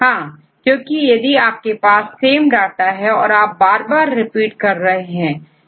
हां क्योंकि यदि आपके पास सेम डाटा है और आप बार बार उसे रिपीट कर रहे हैं